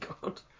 God